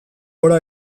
gora